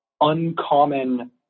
uncommon